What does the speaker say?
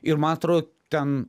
ir ma atro ten